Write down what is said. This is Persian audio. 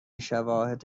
شواهد